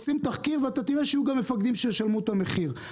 עושים תחקיר ותראו שיהיו גם מפקדים שישלמו את המחיר.